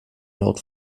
laut